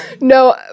No